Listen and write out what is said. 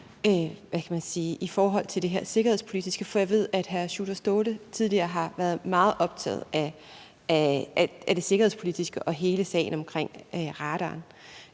i forhold til det sikkerhedspolitiske, for jeg ved, at hr. Sjúrður Skaale tidligere har været meget optaget af det sikkerhedspolitiske og hele sagen omkring radaren.